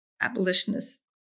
abolitionists